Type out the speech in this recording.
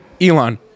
Elon